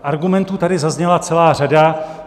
Argumentů tady zazněla celá řada.